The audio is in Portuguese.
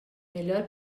melhor